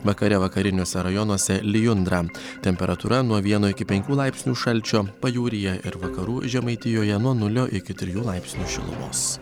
vakare vakariniuose rajonuose lijundra temperatūra nuo vieno iki penkių laipsnių šalčio pajūryje ir vakarų žemaitijoje nuo nulio iki trijų laipsnių šilumos